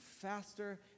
faster